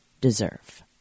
Deserve